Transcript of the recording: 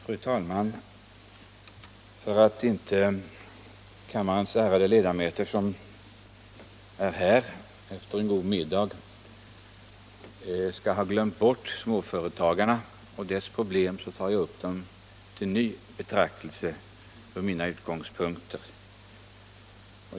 Fru talman! För att inte de av kammarens ärade ledamöter som är här efter en god middag skall glömma bort småföretagarna och deras problem tar jag upp dem till ny betraktelse från mina utgångspunkter.